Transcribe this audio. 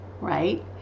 right